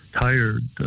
tired